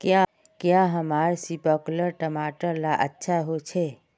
क्याँ हमार सिपकलर टमाटर ला अच्छा होछै?